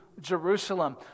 Jerusalem